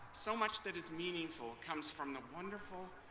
so much that is meaningful comes from the wonderful,